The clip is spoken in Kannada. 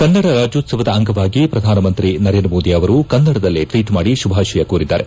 ಕನ್ನಡ ರಾಜ್ಲೋತ್ತವದ ಅಂಗವಾಗಿ ಪ್ರಧಾನಮಂತ್ರಿ ನರೇಂದ್ರ ಮೋದಿ ಅವರು ಕನ್ನಡದಲ್ಲೇ ಟ್ವೀಟ್ ಮಾಡಿ ಶುಭಾಶಯ ಕೋರಿದ್ದಾರೆ